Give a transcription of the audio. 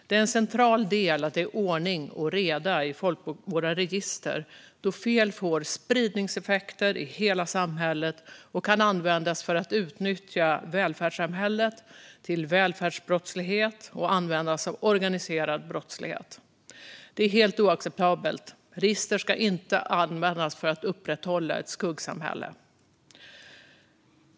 Det är en central del att det är ordning och reda i våra register då fel får spridningseffekter i hela samhället och kan användas för att utnyttja välfärdssamhället, till välfärdsbrottslighet och av den organiserade brottsligheten. Det är helt oacceptabelt - register ska inte användas för att upprätthålla ett skuggsamhälle.